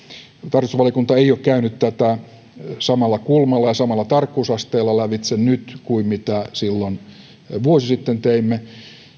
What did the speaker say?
tarkastusvaliokunta ei ole käynyt tätä samalla kulmalla ja samalla tarkkuusasteella lävitse nyt kuin silloin vuosi sitten teimme